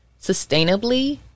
sustainably